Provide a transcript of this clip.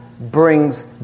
brings